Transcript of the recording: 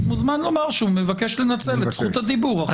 מוזמן לומר שהוא מבקש לנצל את זכות הדיבור אחרי.